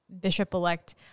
Bishop-Elect